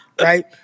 right